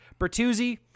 Bertuzzi